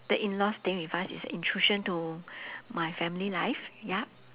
the in laws staying with us is a intrusion to my family life yup